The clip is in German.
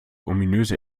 ominöse